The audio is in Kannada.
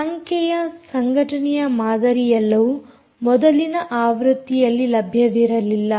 ಸಂಖ್ಯೆಯ ಸಂಘಟನೆಯ ಮಾದರಿಯೆಲ್ಲವು ಮೊದಲಿನ ಆವೃತ್ತಿಯಲ್ಲಿ ಲಭ್ಯವಿರಲಿಲ್ಲ